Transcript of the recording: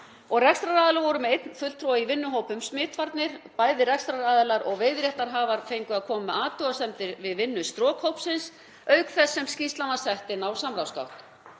Rekstraraðilar voru með einn fulltrúa í vinnuhóp um smitvarnir. Rekstraraðilar og veiðiréttarhafar fengu að koma með athugasemdir við vinnu strokhópsins auk þess sem skýrslan var sett inn á samráðsgátt.